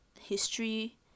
history